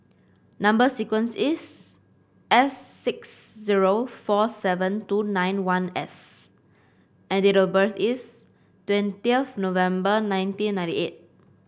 number sequence is S six zero four seven two nine one S and date of birth is twenty of November nineteen ninety eight